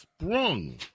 sprung